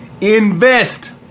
Invest